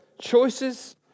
choices